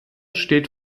steht